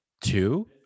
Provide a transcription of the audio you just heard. Two